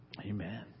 amen